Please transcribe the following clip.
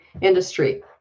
industry